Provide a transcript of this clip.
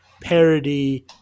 parody